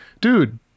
dude